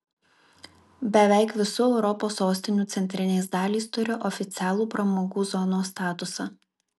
beveik visų europos sostinių centrinės dalys turi oficialų pramogų zonos statusą